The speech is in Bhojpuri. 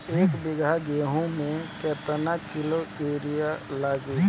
एक बीगहा गेहूं में केतना किलो युरिया लागी?